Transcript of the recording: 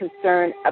concern